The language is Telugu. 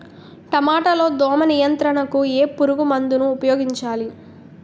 టమాటా లో దోమ నియంత్రణకు ఏ పురుగుమందును ఉపయోగించాలి?